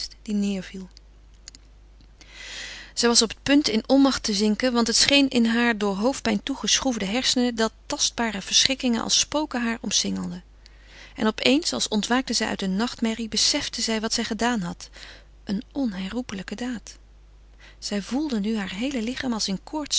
die neêrviel zij was op het punt in onmacht te zinken want het scheen in hare door hoofdpijn toegeschroefde hersenen dat tastbare verschrikkingen als spoken haar omsingelden en op eens als ontwaakte zij uit een nachtmerrie besefte zij wat zij gedaan had eene onherroepelijke daad zij voelde nu haar geheele lichaam als in koorts